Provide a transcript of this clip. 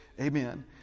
Amen